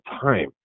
time